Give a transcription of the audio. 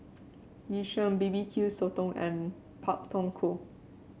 Yu Sheng B B Q Sotong and Pak Thong Ko